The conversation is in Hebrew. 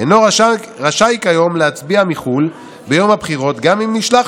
אינו רשאי כיום להצביע מחו"ל ביום הבחירות גם אם נשלח